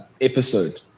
episode